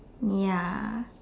ya